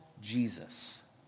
Jesus